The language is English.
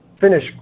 finish